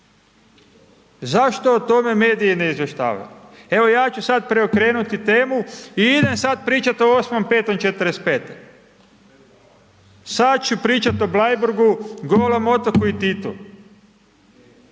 Zašto o tome mediji ne izvještavaju. Evo ja ću sada preokrenuti temu i idem sada pričati o 8.5.'45. sada ću pričati o Bleiburgu, Golom otoku i Titu.